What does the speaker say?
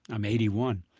i'm eighty one.